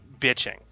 bitching